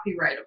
copyrightable